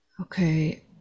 okay